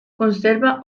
conserva